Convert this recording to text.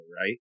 right